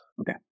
Okay